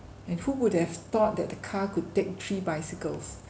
and who would have thought that the car could take three bicycles